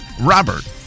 Robert